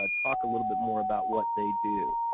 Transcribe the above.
ah talk a little bit more about what they do.